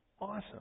Awesome